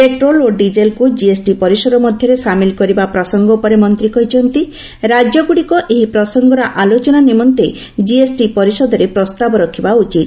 petrol ଓ ଡିଜେଲକୁ GST ପରିସର ମଧ୍ୟରେ ସାମିଲ କରିବା ପ୍ରସଙ୍ଗ ଉପରେ ମନ୍ତ୍ରୀ କହିଛନ୍ତି ରାକ୍ୟଗୁଡିକ ଏହି ପ୍ରସଙ୍ଗର ଆଲୋଚନା ନିମନ୍ତେ ଜିଏସଟି ପରିଷଦରେ ପ୍ରସ୍ତାବ ରଖିବା ଉଚିତ